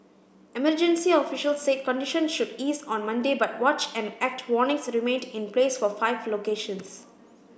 emergency officials said condition should ease on Monday but watch and act warnings remained in place for five locations